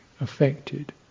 affected